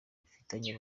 bafitanye